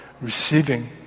receiving